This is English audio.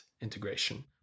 integration